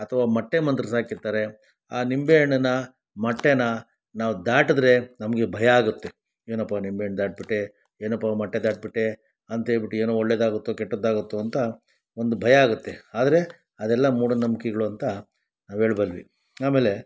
ಅಥವಾ ಮೊಟ್ಟೆ ಮಂತ್ರ್ಸಿ ಹಾಕಿರ್ತಾರೆ ಆ ನಿಂಬೆಹಣ್ಣನ್ನ ಮೊಟ್ಟೆನ ನಾವು ದಾಟಿದರೆ ನಮಗೆ ಭಯ ಆಗುತ್ತೆ ಏನಪ್ಪ ನಿಂಬೆಹಣ್ ದಾಟಿಬಿಟ್ಟೆ ಏನಪ್ಪ ಮೊಟ್ಟೆ ದಾಟಿಬಿಟ್ಟೆ ಅಂತ ಹೇಳ್ಬಿಟ್ಟು ಏನೋ ಒಳ್ಳೆದಾಗುತ್ತೋ ಕೆಟ್ಟದಾಗುತ್ತೋ ಅಂತ ಒಂದು ಭಯ ಆಗುತ್ತೆ ಆದರೆ ಅದೆಲ್ಲ ಮೂಢನಂಬಿಕೆಗಳು ಅಂತ ನಾವು ಹೇಳ್ಬಲ್ವಿ ಆಮೇಲೆ